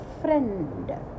friend